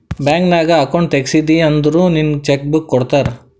bank ನಾಗ್ account ತೆಗ್ಸಿದಿ ಅಂದುರ್ ನಿಂಗ್ ಚೆಕ್ ಬುಕ್ ಕೊಡ್ತಾರ್